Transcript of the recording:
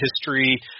history